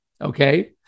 okay